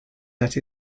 that